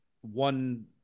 one